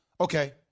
Okay